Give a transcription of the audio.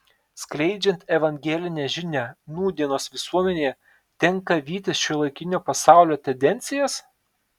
skleidžiant evangelinę žinią nūdienos visuomenėje tenka vytis šiuolaikinio pasaulio tendencijas